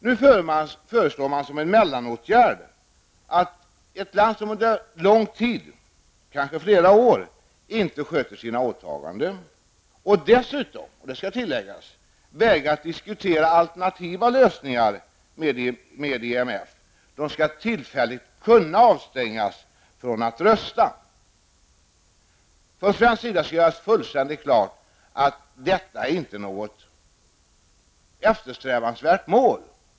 Som mellanåtgärd föreslås nu att ett land som under lång tid, kanske flera år, inte sköter sina åtaganden och dessutom vägrar diskutera alternativa lösningar med IMF, tillfälligt skall kunna avstängas från att rösta. Det står från svensk sida fullständigt klart att detta inte är något eftersträvansvärt mål.